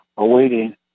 Awaiting